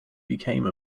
became